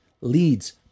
leads